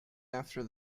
after